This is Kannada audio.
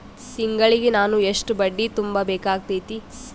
ತಿಂಗಳಿಗೆ ನಾನು ಎಷ್ಟ ಬಡ್ಡಿ ತುಂಬಾ ಬೇಕಾಗತೈತಿ?